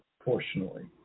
proportionally